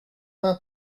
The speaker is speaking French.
vingt